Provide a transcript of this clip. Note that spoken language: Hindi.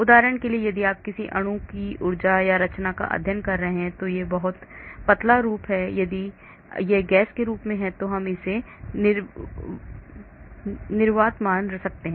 उदाहरण के लिए यदि आप किसी अणु की ऊर्जा या रचना का अध्ययन कर रहे हैं जो बहुत पतला रूप है या यदि यह गैस के रूप में है तो हम इसे निर्वात मान सकते हैं